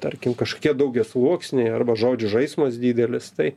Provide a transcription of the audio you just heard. tarkim kašokie daugiasluoksniai arba žodžių žaismas didelis tai